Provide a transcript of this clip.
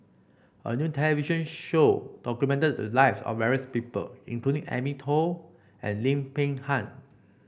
a new television show documented the life of various people including Amy Khor and Lim Peng Han